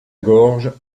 gorge